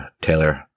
Taylor